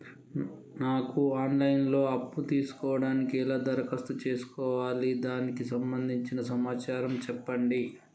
నాకు online లో అప్పు తీసుకోవడానికి ఎలా దరఖాస్తు చేసుకోవాలి దానికి సంబంధించిన సమాచారం చెప్పండి?